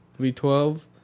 V12